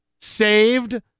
saved